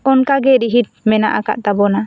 ᱚᱱᱠᱟ ᱜᱮ ᱨᱤᱦᱤᱲ ᱢᱮᱱᱟᱜ ᱟᱠᱟᱫ ᱛᱟᱵᱚᱱᱟ